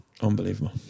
Unbelievable